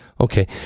Okay